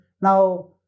Now